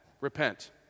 Repent